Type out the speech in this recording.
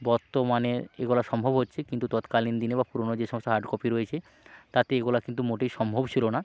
বর্তমানে এগুলো সম্ভব হচ্ছে কিন্তু তৎকালীন দিনে বা পুরোনো যে সমস্ত হার্ড কপি রয়েছে তাতে এগুলো কিন্তু মোটেই সম্ভব ছিলো না